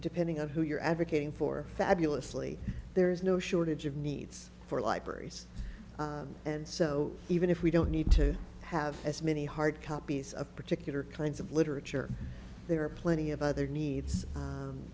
depending on who you're advocating for fabulously there is no shortage of needs for libraries and so even if we don't need to have as many hard copies of particular kinds of literature there are plenty of other needs